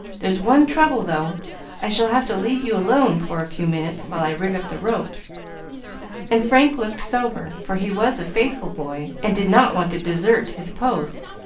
there's one trouble, though i shall have to leave you alone for a few minutes while i rig up the ropes and frank looked sober, for he was a faithful boy, and did not want to desert his post.